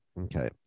Okay